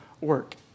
work